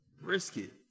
Brisket